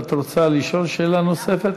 את רוצה לשאול שאלה נוספת?